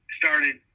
started